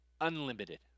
unlimited